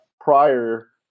prior